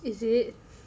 is it